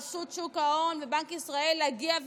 רשות שוק ההון ובנק ישראל להגיע,